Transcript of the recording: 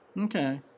Okay